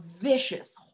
vicious